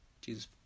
Jesus